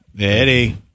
Eddie